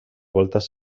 voltes